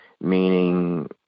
Meaning